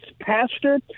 pastor